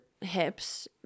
hips